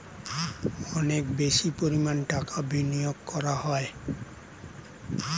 অনেক বেশি পরিমাণ টাকা বিনিয়োগ করা হয়